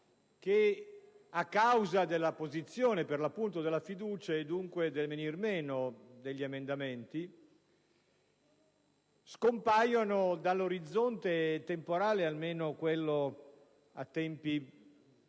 che, a causa dell'apposizione della questione di fiducia, e dunque del venir meno degli emendamenti, scompaiono dall'orizzonte temporale - almeno quello a tempi